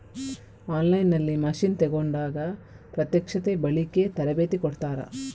On line ನಲ್ಲಿ machine ತೆಕೋಂಡಾಗ ಪ್ರತ್ಯಕ್ಷತೆ, ಬಳಿಕೆ, ತರಬೇತಿ ಕೊಡ್ತಾರ?